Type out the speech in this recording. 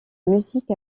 musique